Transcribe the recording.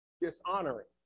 dishonoring